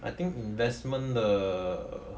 I think investment 的